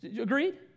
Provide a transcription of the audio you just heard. Agreed